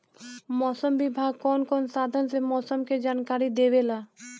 मौसम विभाग कौन कौने साधन से मोसम के जानकारी देवेला?